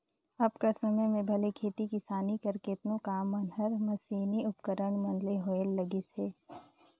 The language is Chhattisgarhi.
अब कर समे में भले खेती किसानी कर केतनो काम मन हर मसीनी उपकरन मन ले होए लगिस अहे